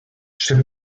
chip